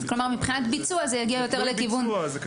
כלומר מבחינת ביצוע זה יגיע יותר לכיוון --- זה תלוי ביצוע.